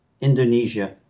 Indonesia